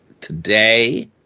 today